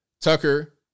Tucker